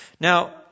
Now